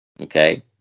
Okay